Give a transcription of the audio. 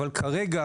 אבל כרגע,